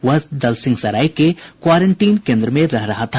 वह दलसिंहसराय के क्वारेंटीन केन्द्र में रह रहा था